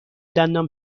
دندان